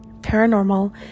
paranormal